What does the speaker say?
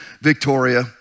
Victoria